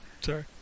Sorry